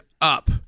up